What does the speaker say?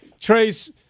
Trace